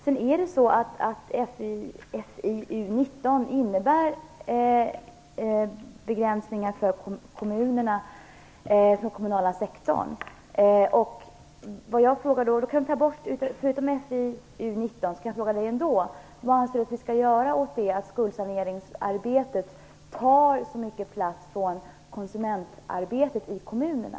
Beslutet med anledning av FiU19 innebär begränsningar för kommunerna i den kommunala sektorn. Förutom det som gäller FiU19 skall jag fråga Karin Olsson: Vad anser Karin Olsson att vi skall göra åt att skuldsaneringsarbetet tar så mycket tid från konsumentarbetet i kommunerna?